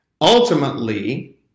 Ultimately